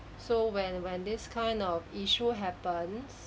so when when this kind of issue happens